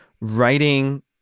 writing